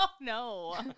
No